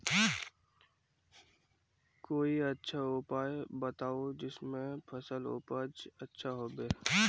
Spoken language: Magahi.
कोई अच्छा उपाय बताऊं जिससे फसल उपज अच्छा होबे